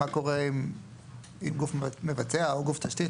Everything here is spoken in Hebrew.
מה קורה אם גוף מבצע או גוף תשתית,